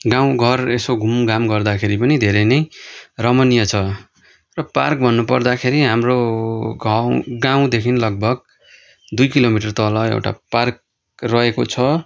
गाउँ घर यसो घुमघाम गर्दाखेरि पनि धेरै नै रमणीय छ र पार्क भन्नु पर्दाखेरि हाम्रो घउ गाउँदेखि लगभग दुई किलोमिटर तल एउटा पार्क रहेको छ